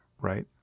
right